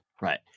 Right